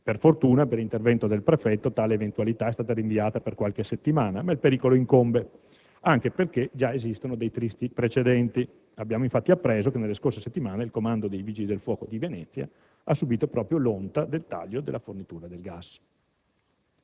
Per fortuna, per intervento del Prefetto, tale eventualità è stata rinviata per qualche settimana, ma il pericolo incombe, anche perché esistono dei tristi precedenti. Abbiamo infatti appreso che nelle scorse settimane il comando dei Vigili del fuoco di Venezia ha subìto proprio l'onta del taglio della fornitura del gas.